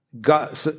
God